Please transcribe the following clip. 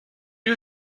you